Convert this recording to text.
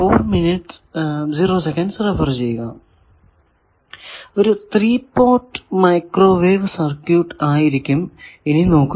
ഒരു 3 port microwave circuit ആയിരിക്കും ഇനി നോക്കുക